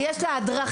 ויש לה הדרכה,